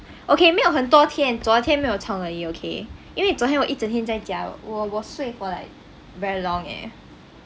okay 没有很多天昨天没有冲而已 okay 因为昨天我一整天在家我我睡 for like very long eh